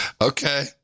Okay